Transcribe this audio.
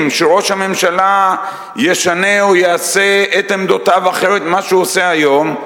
שראש הממשלה ישנה או יעשה את עמדותיו אחרת ממה שהוא עושה היום,